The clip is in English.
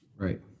Right